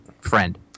friend